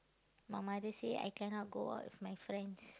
my mother say I cannot go out with my friends